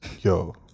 Yo